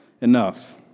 enough